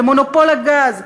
במונופול הגז,